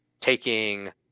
taking